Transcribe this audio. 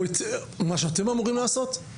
או את מה שאתם אמורים לעשות.